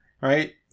right